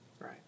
Right